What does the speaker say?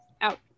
out